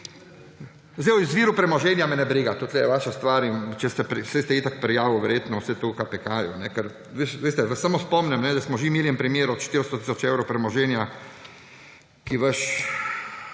O izviru premoženja me ne briga, to je vaša stvar, saj ste itak prijavili verjetno vse to KPK. Vas samo spomnim, da smo že imeli en primer 400 tisoč evrov premoženja, ki vaš